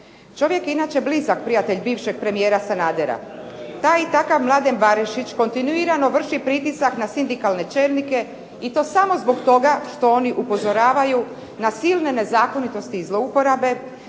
Čovjek je inače blizak prijatelj bivšeg premijera Sanadera. Taj i takav Mladen Barišić kontinuirano vrši pritisak na sindikalne čelnike i to samo zbog toga što oni upozoravaju na silne nezakonitosti i zlouporabe,